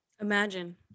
imagine